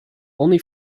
only